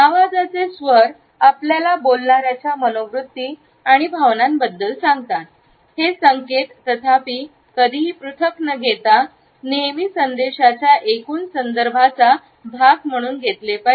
आवाजाचे स्वर आपल्याला बोलणाऱ्याच्या मनोवृत्ती आणि भावनांबद्दल सांगतात हे संकेत तथापि कधीही पृथक् न घेता नेहमी संदेशाच्या एकूण संदर्भाचा भाग म्हणून घेतले पाहिजे